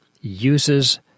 uses